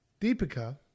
Deepika